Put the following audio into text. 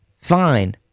Fine